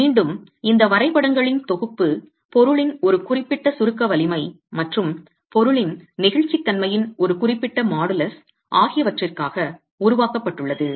மீண்டும் இந்த வரைபடங்களின் தொகுப்பு பொருளின் ஒரு குறிப்பிட்ட சுருக்க வலிமை மற்றும் பொருளின் நெகிழ்ச்சித்தன்மையின் ஒரு குறிப்பிட்ட மாடுலஸ் ஆகியவற்றிற்காக உருவாக்கப்பட்டுள்ளது